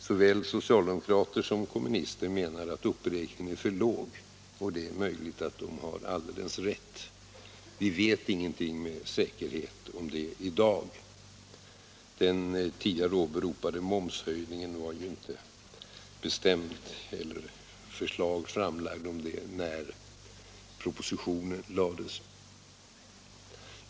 Såväl socialdemokrater som kommunister menar att uppräkningen är för låg. Det är möjligt att de har rätt, men därom vet vi ingenting med säkerhet i dag.